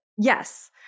Yes